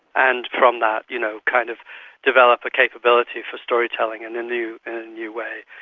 and from that you know kind of develop a capability for storytelling in a new and new way.